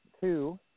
two